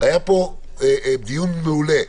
היה פה דיון מעולה.